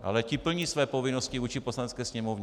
Ale ti plní své povinnosti vůči Poslanecké sněmovně.